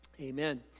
Amen